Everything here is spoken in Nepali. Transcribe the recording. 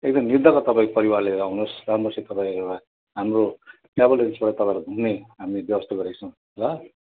एकदम निर्धक्क तपाईँ परिवार लिएर आउनुहोस् राम्रोसित तपाईँ एउटा हाम्रो ट्राभल एजेन्सीबाट तपाईँलाई घुम्ने हामीले एउटा व्यवस्था गरेका छौँ ल